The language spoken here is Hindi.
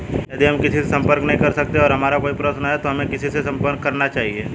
यदि हम किसी से संपर्क नहीं कर सकते हैं और हमारा कोई प्रश्न है तो हमें किससे संपर्क करना चाहिए?